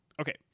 Okay